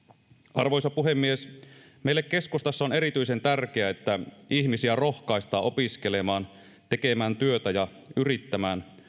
arvoisa puhemies meille keskustassa on erityisen tärkeää että ihmisiä rohkaistaan opiskelemaan tekemään työtä ja yrittämään